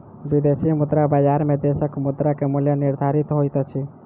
विदेशी मुद्रा बजार में देशक मुद्रा के मूल्य निर्धारित होइत अछि